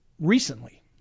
recently